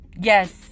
Yes